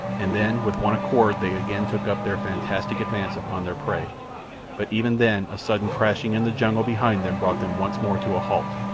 and then with one accord they again took up their fantastic advance upon their prey but even then a sudden crashing in the jungle behind them brought them once more to a halt,